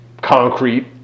concrete